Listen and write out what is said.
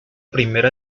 primera